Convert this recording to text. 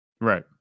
Right